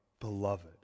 Beloved